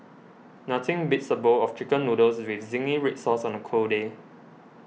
nothing beats a bowl of Chicken Noodles with Zingy Red Sauce on a cold day